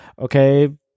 okay